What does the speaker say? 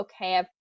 okay